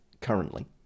currently